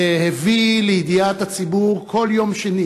והביא לידיעת הציבור כל יום שני